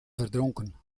verdronken